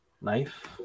knife